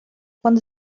von